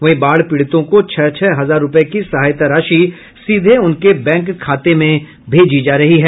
वहीं बाढ़ पीड़ितों को छह छह हजार रूपये की सहायता राशि सीधे उनके बैंक खाते में भेजी जा रही है